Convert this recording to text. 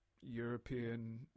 European